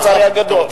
לצערי הגדול,